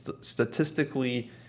statistically